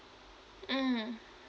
mm